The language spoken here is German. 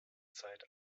zeit